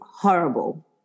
horrible